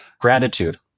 Gratitude